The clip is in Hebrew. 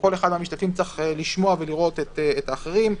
כל אחד מהמשתתפים צריך לשמוע ולראות את האחרים.